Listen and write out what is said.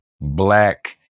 black